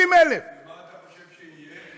50,000. ומה אתה חושב שיהיה?